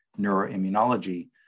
neuroimmunology